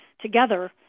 together